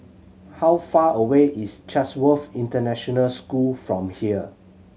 how far away is Chatsworth International School from here